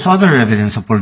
other evidence supporting